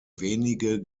wenige